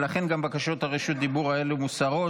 ולכן גם בקשות רשות הדיבור האלו מוסרות.